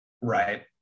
Right